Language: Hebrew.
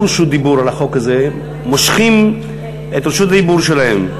רשות דיבור על החוק הזה מושכים את רשות הדיבור שלהם: